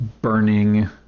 burning